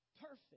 perfect